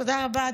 תודה רבה.